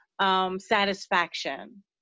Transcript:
satisfaction